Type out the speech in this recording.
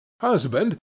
husband